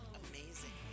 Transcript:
amazing